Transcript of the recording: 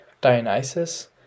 Dionysus